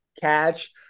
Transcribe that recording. catch